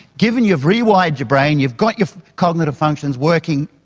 given you've rewired your brain, you've got your cognitive functions working,